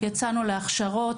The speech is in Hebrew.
יצאנו להכשרות.